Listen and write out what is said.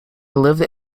lived